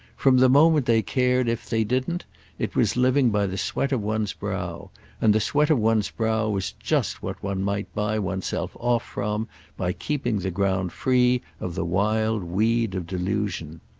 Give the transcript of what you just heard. from the moment they cared if they didn't it was living by the sweat of one's brow and the sweat of one's brow was just what one might buy one's self off from by keeping the ground free of the wild weed of delusion.